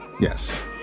Yes